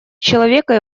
человека